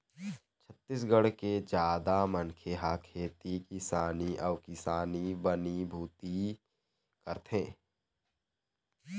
छत्तीसगढ़ के जादा मनखे ह खेती किसानी अउ किसानी बनी भूथी करथे